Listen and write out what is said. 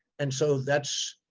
and so that's,